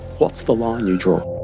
what's the line you draw?